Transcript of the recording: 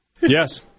Yes